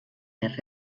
les